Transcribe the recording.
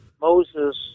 Moses